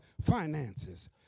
finances